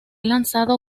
lanzado